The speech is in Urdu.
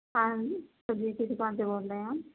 ہاں سُدھیر کی دُکان سے بول رہے ہیں ہم